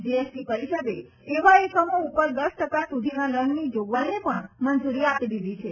GST પરિષદે એવા એકમો ઉપર દસ ટકા સુધીના દંડની જોગવાઈને પણ મંજુરી આપી દીધી છે